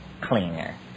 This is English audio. cleaner